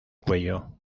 cuello